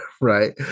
Right